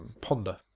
ponder